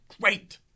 great